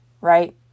right